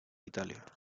italia